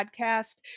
podcast